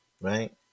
right